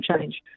change